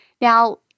Now